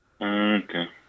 Okay